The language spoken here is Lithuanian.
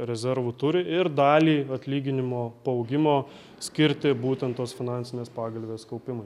rezervų turi ir dalį atlyginimo paaugimo skirti būtent tos finansinės pagalvės kaupimui